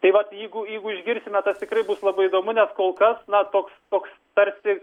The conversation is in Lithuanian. tai vat jeigu jeigu išgirsime tas tikrai bus labai įdomu nes kol kas na toks toks tarsi